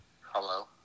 Hello